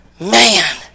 Man